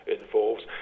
involves